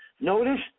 notice